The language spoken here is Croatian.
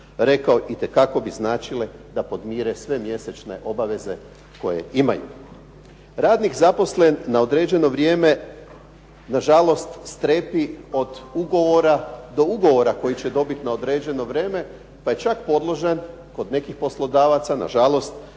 rekao itekako bi značile da podmire sve mjesečne obaveze koje imaju. Radnik zaposlen na određeno vrijeme, nažalost strepi od ugovora do ugovora koji će dobiti na određeno vrijeme, pa je čak podložan kod nekih poslodavaca nažalost,